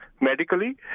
medically